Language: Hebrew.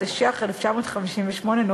התשי"ח 1958 .